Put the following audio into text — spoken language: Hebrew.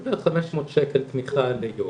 זה בערך 500 שקל תמיכה ליום,